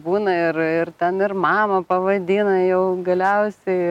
būna ir ir ten ir mama pavadina jau galiausiai